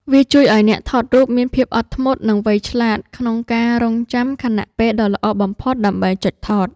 វាជួយឱ្យអ្នកថតរូបមានភាពអត់ធ្មត់ និងវៃឆ្លាតក្នុងការរង់ចាំខណៈពេលដ៏ល្អបំផុតដើម្បីចុចថត។